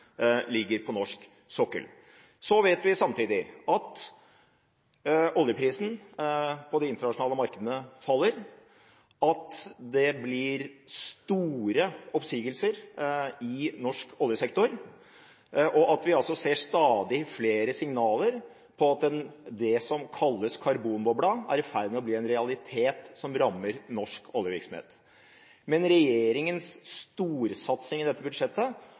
ligger på norsk sokkel. Så vet vi samtidig at oljeprisen på de internasjonale markedene faller, at det blir store oppsigelser i norsk oljesektor, og at vi ser stadig flere signaler på at det som kalles karbonbobla, er i ferd med å bli en realitet som rammer norsk oljevirksomhet. Men regjeringens storsatsing i dette budsjettet